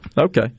Okay